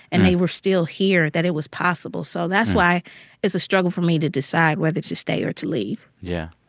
and they were still here, that it was possible. so that's why it's a struggle for me to decide whether to stay or to leave yeah.